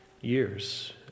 years